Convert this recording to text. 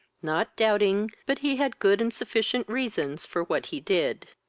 not doubting but he had good and sufficient reasons for what he did.